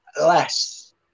less